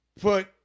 put